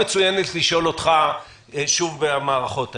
ולשאול אותך שוב על המערכות האלה.